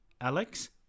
Alex